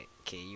okay